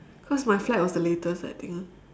cause my flight was the latest I think